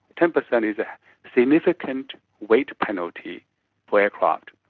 ten percent is a significant weight penalty for aircraft.